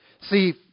see